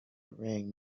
ring